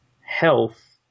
health